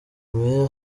meya